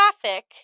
traffic